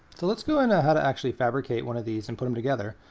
so let's go and ahead and actually fabricate one of these and put them together.